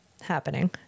happening